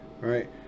right